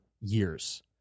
years